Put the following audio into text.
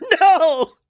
no